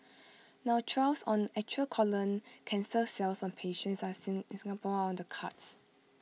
now trials on actual colon cancer cells from patients in Singapore are on the cards